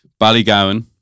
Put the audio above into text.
Ballygowan